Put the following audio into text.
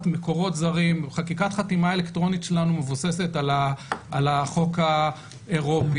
מקורות זרים חקיקת חתימה אלקטרונית שלנו מבוססת על החוק האירופי